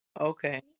Okay